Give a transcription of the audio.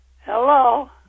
Hello